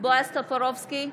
בועז טופורובסקי,